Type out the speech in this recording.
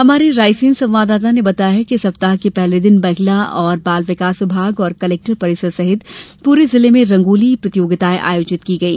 हमारे रायसेन संवाददाता ने खबर दी है कि सप्ताह के पहले दिन महिला और बाल विकास विभाग और कलेक्टेट परिसर सहित पूरे जिले में रंगोली प्रतियोगिताएं आयोजित की गई